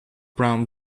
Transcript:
brown